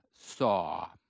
saw